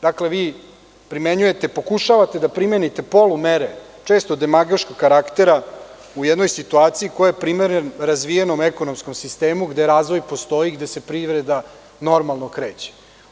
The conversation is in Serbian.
Dakle, vi pokušavate da primenite polu-mere, često demagoškog karaktera, u jednoj situaciji koja je primerena razvijenom ekonomskom sistemu, gde razvoj postoji i gde se privreda normalno kreće.